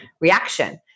reaction